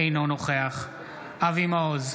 אינו נוכח אבי מעוז,